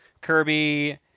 Kirby